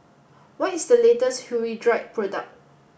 what is the latest Hirudoid product